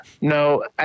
No